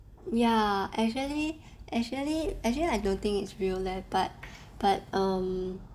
ya actually actually actually I don't think it's real leh but but um